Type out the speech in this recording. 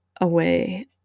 away